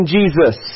Jesus